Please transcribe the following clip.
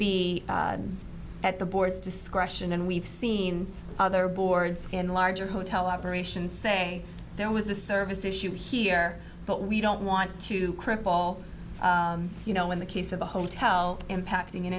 be at the board's discretion and we've seen other boards and larger hotel operations say there was a service issue here but we don't want to cripple you know in the case of a hotel impacting an